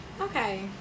okay